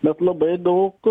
bet labai daug